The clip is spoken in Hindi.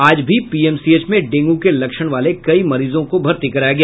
आज भी पीएमसीएच में डेंगू के लक्षण वाले कई मरीजों को भर्ती कराया गया